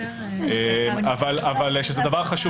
אבל ממה שאני מכיר